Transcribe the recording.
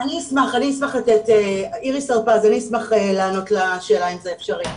אשמח לענות לשאלה, אם זה אפשרי.